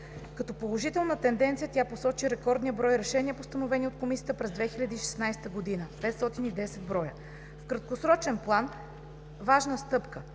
Като положителна тенденция тя посочи рекордния брой решения постановени от Комисията през 2016 г. – 510. В краткосрочен план важна стъпка